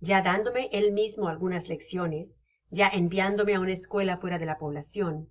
ya dándome él misino algunas lecciones ya enviándome á tina escuela fuera de la poblacion